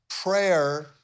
prayer